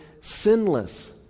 sinless